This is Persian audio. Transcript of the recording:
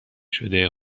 شده